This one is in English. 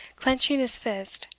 clenching his fist,